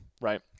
right